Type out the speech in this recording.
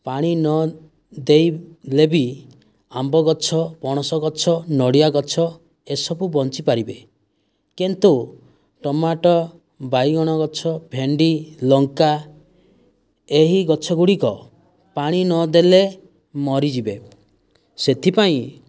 ପାଣି ନ ଦେଇଲେ ବି ଆମ୍ବ ଗଛ ପଣସ ଗଛ ନଡ଼ିଆ ଗଛ ଏସବୁ ବଞ୍ଚିପାରିବେ କିନ୍ତୁ ଟମାଟୋ ବାଇଗଣ ଗଛ ଭେଣ୍ଡି ଲଙ୍କା ଏହି ଗଛ ଗୁଡ଼ିକ ପାଣି ନଦେଲେ ମରିଯିବେ ସେଇଥିପାଇଁ